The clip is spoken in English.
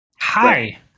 hi